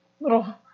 little